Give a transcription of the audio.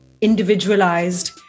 individualized